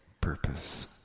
purpose